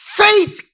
faith